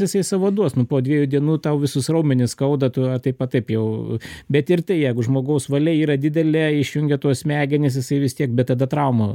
jisai savo duos nu po dviejų dienų tau visus raumenis skauda tu ar taip a taip jau bet ir tai jeigu žmogaus valia yra didelė išjungia tuos smegenis jisai vis tiek bet tada traumų